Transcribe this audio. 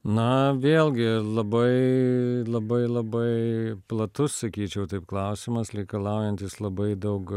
na vėlgi labai labai labai platus sakyčiau taip klausimas leikalaujantis labai daug